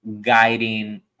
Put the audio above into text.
guiding